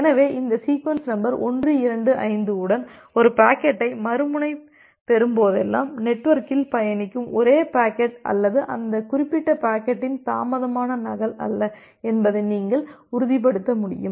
எனவே இந்த sequence number 125 உடன் ஒரு பாக்கெட்டை மறுமுனை பெறும் போதெல்லாம் நெட்வொர்க்கில் பயணிக்கும் ஒரே பாக்கெட் அல்லது அந்த குறிப்பிட்ட பாக்கெட்டின் தாமதமான நகல் அல்ல என்பதை நீங்கள் உறுதிப்படுத்த முடியும்